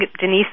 Denise